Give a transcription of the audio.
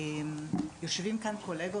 יושבים כאן קולגות,